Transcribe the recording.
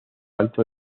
alto